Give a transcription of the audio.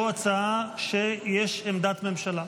או הצעה שיש עמדת ממשלה,